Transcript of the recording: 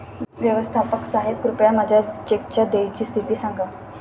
व्यवस्थापक साहेब कृपया माझ्या चेकच्या देयची स्थिती सांगा